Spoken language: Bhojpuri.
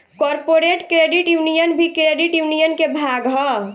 कॉरपोरेट क्रेडिट यूनियन भी क्रेडिट यूनियन के भाग ह